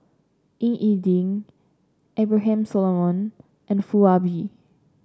Ying E Ding Abraham Solomon and Foo Ah Bee